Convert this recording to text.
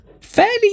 fairly